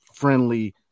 friendly